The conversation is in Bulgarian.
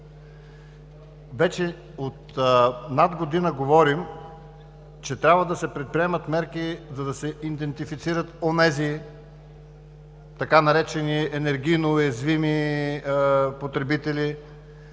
вече от над година говорим, че трябва да се предприемат мерки, за да се идентифицират онези, така наречени енергийно уязвими потребители,